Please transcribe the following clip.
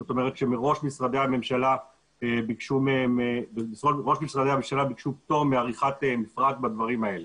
זאת אומרת שמראש משרדי הממשלה ביקשו פטור מעריכת מפרט בדברים האלה.